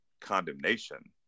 condemnation